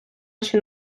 наші